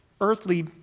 earthly